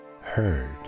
heard